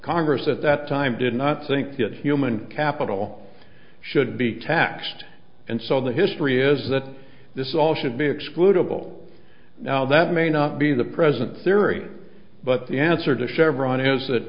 congress at that time did not think that human capital should be taxed and so the history is that this all should be excludable now that may not be the present theory but the answer to chevron has that